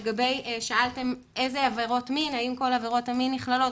שאלתם האם כל עבירות המין נכללות.